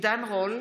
עידן רול,